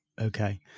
okay